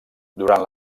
durant